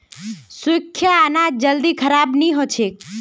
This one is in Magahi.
सुख्खा अनाज जल्दी खराब नी हछेक